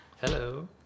Hello